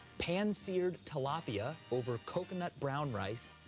pan-seared tilapia over coconut brown rice,